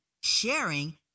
sharing